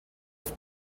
have